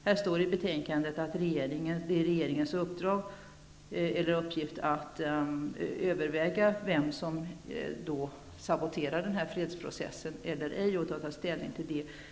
Det står i betänkandet att det inte är regeringens uppgift att överväga vem som saboterar denna fredsprocess eller ej och att ta ställning till detta.